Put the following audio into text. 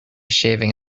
shaving